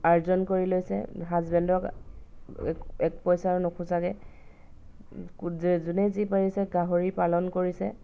আৰ্জন কৰি লৈছে হাজবেণ্ডক এক এক পইচাও নুখুজাকে যোনে যি পাৰিছে গাহৰি পালন কৰিছে